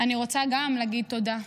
גם אני רוצה להגיד תודה.